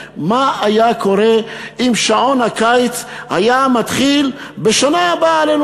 מה היה קורה אם שעון הקיץ היה מתחיל בשנה הבאה עלינו